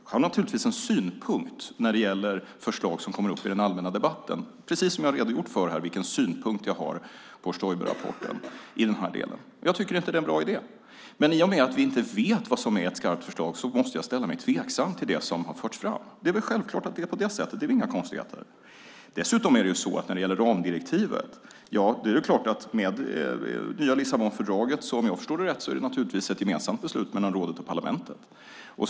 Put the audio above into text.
Jag har naturligtvis synpunkter på förslag som kommer upp i den allmänna debatten, precis som jag här har redogjort för den synpunkt jag har på Stoiberförslaget. Jag tycker inte att det är en bra idé. Men eftersom vi inte vet vad som är ett skarpt förslag måste jag ställa mig tveksam till det som har förts fram. Det är väl självklart och inga konstigheter med det. När det gäller ramdirektivet är det i och med Lissabonfördraget ett gemensamt beslut mellan rådet och parlamentet.